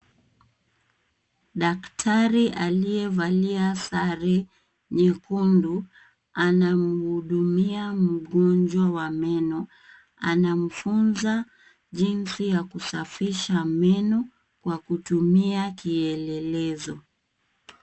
Daktari aliyevalia sare nyekundu anamhudumia mgonjwa wa meno. Anamfunza jinsi ya kusafisha meno kwa kutumia kielelezo.